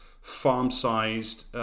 farm-sized